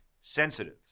sensitive